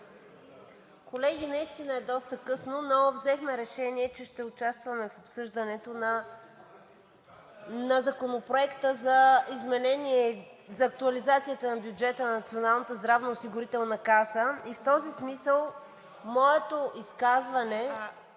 Колеги, наистина е доста късно, но взехме решение, че ще участваме в обсъждането на Законопроекта за актуализацията на бюджета на Националната здравноосигурителна каса и в този смисъл моето изказване